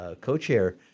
co-chair